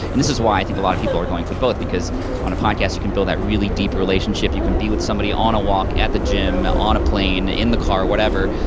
and this is why i think a lot of people are going for both, because on a podcast you can build that really deep relationship, you can be with somebody on a walk, at the gym, on a plane, in the car, whatever.